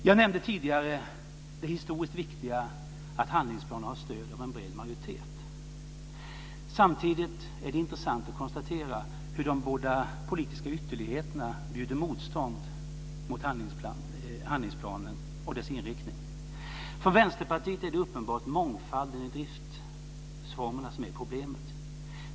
Jag nämnde tidigare det historiskt viktiga att handlingsplanen har stöd av en bred majoritet. Samtidigt är det intressant att konstatera hur de båda politiska ytterligheterna bjuder motstånd mot handlingsplanen och dess inriktning. Från Vänsterpartiet är det uppenbart mångfalden i driftformerna som är problemet.